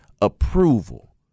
approval